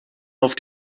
auf